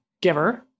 giver